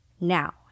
now